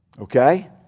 Okay